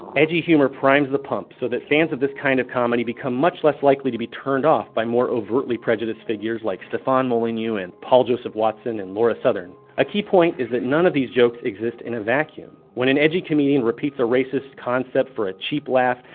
edgy humor primes the pump so that fans of this kind of comedy become much less likely to be turned off by more overtly prejudiced figures like stefan molyneux and paul joseph watson and laura southern a key point is that none of these jokes exist in a vacuum? when an edgy comedian repeats a racist concept for a cheap laugh,